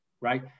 right